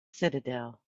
citadel